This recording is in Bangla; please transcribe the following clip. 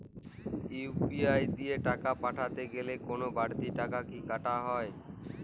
ইউ.পি.আই দিয়ে কোন টাকা পাঠাতে গেলে কোন বারতি টাকা কি কাটা হয়?